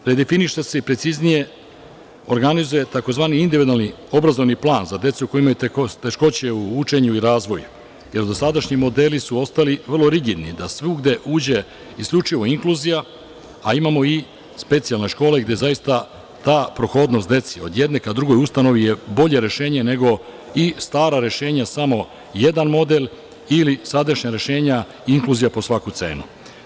Redefiniše se i preciznije organizuje tzv. individualni obrazovni plan za decu koja imaju teškoće u učenju i razvoju, jer dosadašnji modeli su ostali vrlo rigidni da svugde uđe isključivo inkluzija, a imamo i specijalne škole gde zaista ta prohodnost deci od jedne ka drugoj ustanovi je bolje rešenje nego staro rešenje, gde je samo jedan model i sadašnja rešenja inkluzija po svaku cenu.